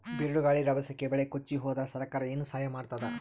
ಬಿರುಗಾಳಿ ರಭಸಕ್ಕೆ ಬೆಳೆ ಕೊಚ್ಚಿಹೋದರ ಸರಕಾರ ಏನು ಸಹಾಯ ಮಾಡತ್ತದ?